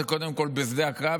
זה קודם כול בשדה הקרב,